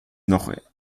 noch